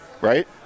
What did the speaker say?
right